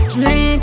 Drink